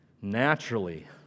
naturally